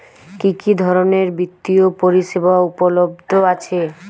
কি কি ধরনের বৃত্তিয় পরিসেবা উপলব্ধ আছে?